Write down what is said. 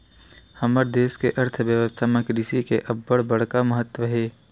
हमर देस के अर्थबेवस्था म कृषि के अब्बड़ बड़का महत्ता हे